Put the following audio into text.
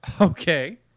okay